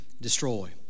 destroy